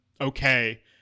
okay